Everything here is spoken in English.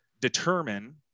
determine